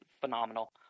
phenomenal